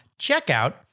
checkout